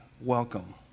welcome